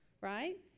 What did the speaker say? right